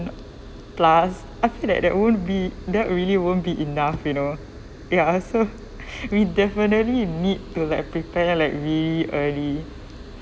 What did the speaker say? plus after that that won't be that really won't be enough you know ya so we definitely need to like prepare like really early